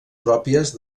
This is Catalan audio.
pròpies